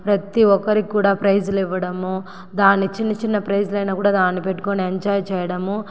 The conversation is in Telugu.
ప్రతి ఒక్కరికి కూడా ప్రైజ్లు ఇవ్వడము దాన్ని చిన్న చిన్న ప్రైజ్లు అయినా కూడా దాన్ని పెట్టుకొని ఎంజాయ్ చేయడము